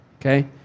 okay